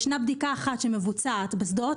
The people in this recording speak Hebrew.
יש בדיקה אחת שמבוצעת בשדות,